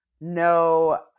No